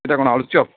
ଏଇଟା କ'ଣ ଆଳୁଚପ